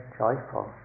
joyful